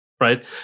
Right